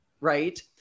right